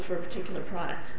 for a particular product